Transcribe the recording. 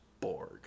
Borg